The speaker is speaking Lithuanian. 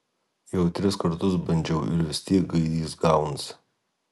jau tris kartus bandžiau ir vis tiek gaidys gaunasi